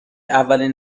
اولین